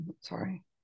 sorry